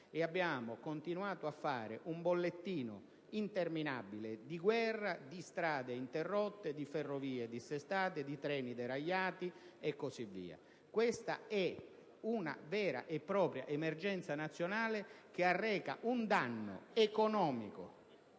abbiamo continuato poi con un bollettino interminabile di guerra di strade interrotte, di ferrovie dissestate, di treni deragliati e così via. Questa è una vera e propria emergenza nazionale, che arreca un danno economico